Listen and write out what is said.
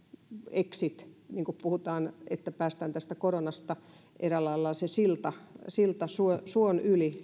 exit ryhmän niin kuin puhutaan että päästään tästä koronasta eräällä lailla sillan sillan suon yli